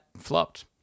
flopped